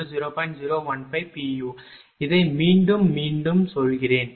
u இதை மீண்டும் மீண்டும் சொல்கிறேன்